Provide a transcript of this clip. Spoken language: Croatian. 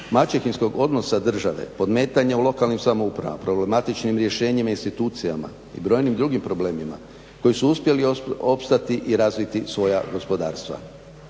maćehinskog odnosa države, podmetanja u lokalnim samoupravama, problematičnim rješenjima i institucijama i brojnim drugim problemima koji su uspjeli opstati i razviti svoja gospodarstva.